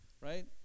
Right